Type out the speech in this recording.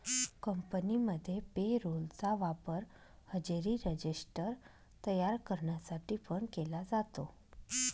कंपनीमध्ये payroll चा वापर हजेरी रजिस्टर तयार करण्यासाठी पण केला जातो